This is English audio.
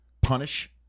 punish